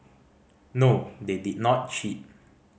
no they did not cheat